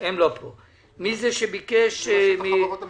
איזו תחרות?